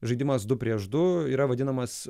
žaidimas du prieš du yra vadinamas